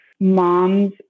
moms